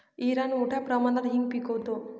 Iran मोठ्या प्रमाणावर हिंग पिकवतो